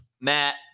Matt